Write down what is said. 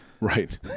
right